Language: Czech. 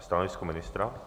Stanovisko ministra?